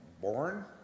born